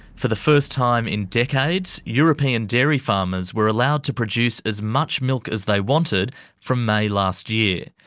for the first time in decades european dairy farmers were allowed to produce as much milk as they wanted from may last year.